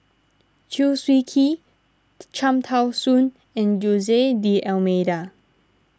Chew Swee Kee Cham Tao Soon and Jose D'Almeida